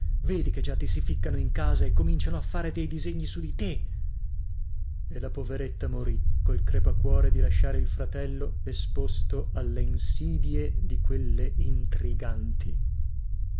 vedi che già ti si ficcano in casa e cominciano a fare dei disegni su di te e la poveretta morì col crepacuore di lasciare il fratello esposto alle insidie di quelle intriganti